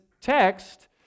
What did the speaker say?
text